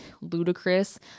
ludicrous